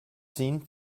sin